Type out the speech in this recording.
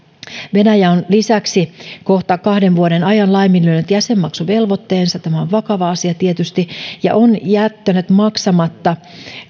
venäjä on lisäksi kohta kahden vuoden ajan laiminlyönyt jäsenmaksuvelvoitteensa tämä on vakava asia tietysti ja on jättänyt maksamatta